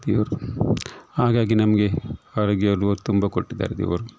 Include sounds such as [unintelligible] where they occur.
ದೇವರು ಹಾಗಾಗಿ ನಮಗೆ ಆರೋಗ್ಯ [unintelligible] ತುಂಬ ಕೊಟ್ಟಿದ್ದಾರೆ ದೇವರು